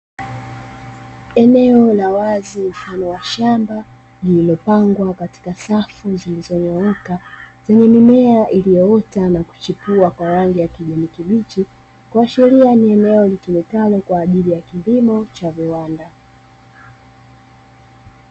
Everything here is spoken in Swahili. Eneo la wazi mfano wa shamba lililopangwa katika safu zilizonyooka, zenye mimea iliyoota na kuchipua kwa rangi ya kijani kibichi, kuashiria ni eneo litumikalo kwa ajili ya kilimo cha viwanda.